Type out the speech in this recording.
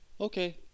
okay